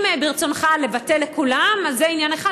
אם ברצונך לבטל לכולם אז זה עניין אחד,